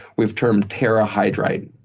we've termed terrahydrite.